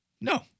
No